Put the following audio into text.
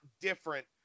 different